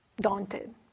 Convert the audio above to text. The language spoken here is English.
daunted